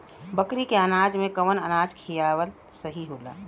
बकरी के अनाज में कवन अनाज खियावल सही होला?